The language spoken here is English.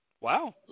wow